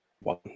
one